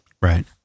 Right